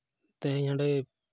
ᱛᱮᱦᱮᱧ ᱚᱸᱰᱮ